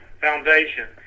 foundation